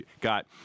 got